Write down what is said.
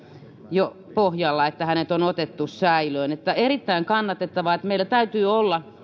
jo pohjalla että hänet on otettu säilöön tämä on erittäin kannatettavaa meillä täytyy olla